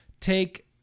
take